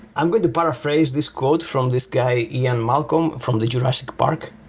i'm going to paraphrase this quote from this guy, ian malcolm, from the jurassic park.